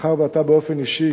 מאחר שאתה, באופן אישי,